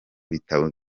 bitabo